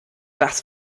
das